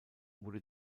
wurde